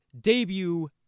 debut